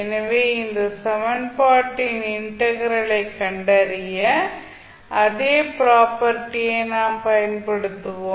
எனவே இந்த சமன்பாட்டின் இன்டெக்ரல் ஐ கண்டறிய அதே ப்ராப்பர்ட்டீ ஐ நாம் பயன்படுத்துவோம்